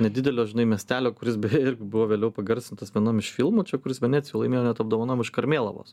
nedidelio miestelio kuris beje irgi buvo vėliau pagarsintas vienam iš filmų čia kuris veneciją laimėjo net apdovanojimą iš karmėlavos